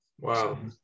Wow